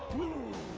oohhhh